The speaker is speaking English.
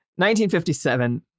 1957